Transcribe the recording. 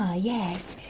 ah yes!